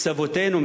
סבותינו,